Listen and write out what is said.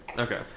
Okay